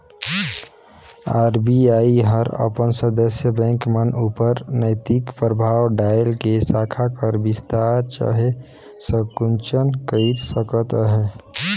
RBI हर अपन सदस्य बेंक मन उपर नैतिक परभाव डाएल के साखा कर बिस्तार चहे संकुचन कइर सकत अहे